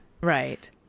Right